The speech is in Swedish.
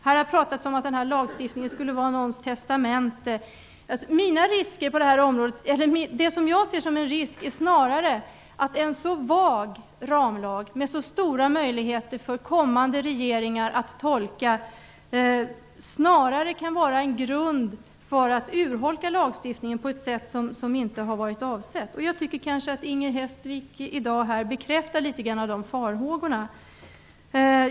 Det har pratats om att denna lagstiftning skulle vara någons testamente. Det jag ser som en risk är snarare att en så vag ramlag som ger kommande regeringar så stora möjligheter att tolka kan vara en grund för att urholka lagstiftningen på ett sätt som inte har varit avsett. Jag tycker kanske att Inger Hestvik i dag litet grand bekräftar de farhågorna.